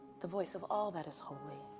the voice of all that is holy.